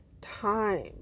time